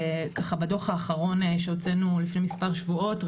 בדוח האחרון שהוצאנו לפני מספר שבועות,